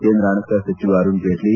ಕೇಂದ್ರ ಹಣಕಾಸು ಸಚಿವ ಅರುಣ್ ಜೇಟ್ಲ